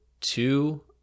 two